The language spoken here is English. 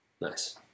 Nice